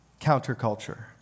counterculture